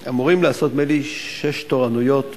שאמורים לעשות, נדמה לי, שש תורנויות בחודש,